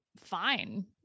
fine